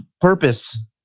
purpose